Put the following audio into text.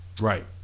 right